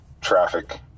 traffic